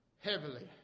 heavily